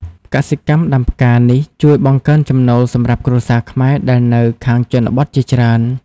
កសិកម្មដាំផ្កានេះជួយបង្កើនចំណូលសម្រាប់គ្រួសារខ្មែរដែលនៅខាងជនបទជាច្រើន។